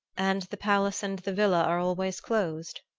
and the palace and the villa are always closed?